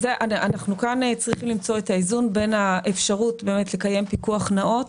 ואנחנו צריכים למצוא כאן את האיזון בין האפשרות לקיים פיקוח נאות